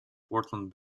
portland